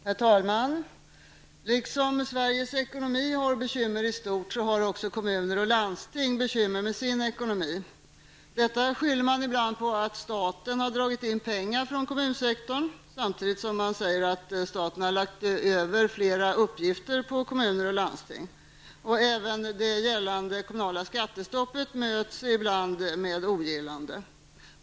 Herr talman! Liksom Sveriges ekonomi har bekymmer i stort har också kommuner och landsting bekymmer med sin ekonomi. Detta skyller man ibland på att staten har dragit in pengar från kommunsektorn, samtidigt som staten lagt över flera uppgifter på kommuner och landsting. Även det kommunala skattestoppet möts ibland av vissa med ogillande.